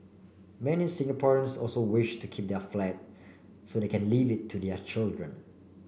many Singaporeans also wish to keep their flat so they can leave it to their children